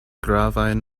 gravajn